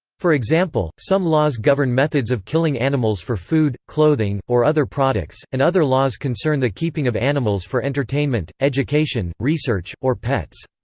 for example, some laws govern methods of killing animals for food, clothing, or other products, and other laws concern the keeping of animals for entertainment, education, research, or pets.